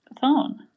phone